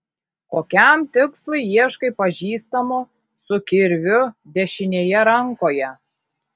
kokiam tikslui ieškai pažįstamo su kirviu dešinėje rankoje